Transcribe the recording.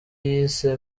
yise